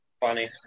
funny